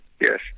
Yes